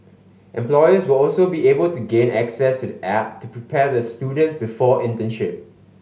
employers will also be able to gain access to the app to prepare the students before internship